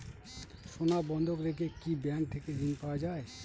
সোনা বন্ধক রেখে কি ব্যাংক থেকে ঋণ পাওয়া য়ায়?